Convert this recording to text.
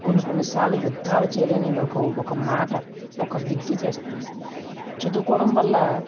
కొన్ని కొన్ని సార్లు యుద్దాలు చేయలేని ఒక ఒక మాట ఒక విద్య చేస్తుంది చదువుకోవడం వల్ల